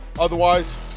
Otherwise